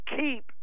keep